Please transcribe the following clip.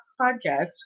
podcast